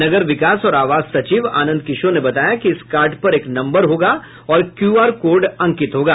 नगर विकास और आवास सचिव आनंद किशोर ने बताया कि इस कार्ड पर एक नम्बर होगा और क्यूआर कोड अंकित होगा